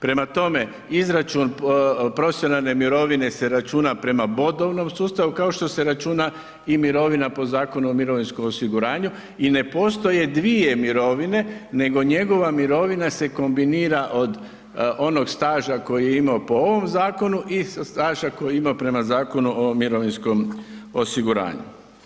Prema tome, izračun profesionalne mirovine se računa prema bodovnom sustavu kao što se računa i mirovina po Zakonu o mirovinskom osiguranja i ne postoje dvije mirovine nego njegova mirovina se kombinira od onog staža koji je imao po ovom zakonu i staža koji ima prema Zakonu o mirovinskom osiguranju.